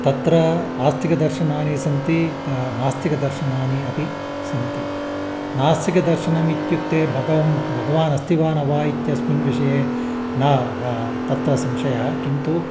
तत्र आस्तिकदर्शनानि सन्ति त नास्तिकदर्शनानि अपि सन्ति नास्तिकदर्शनमित्युक्ते बगं भगवानमस्ति वा न वा इत्यस्मिन् विषये न रा तत्र संशयः किन्तु